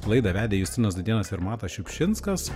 laidą vedė justinas dudėnas ir matas šiupšinskas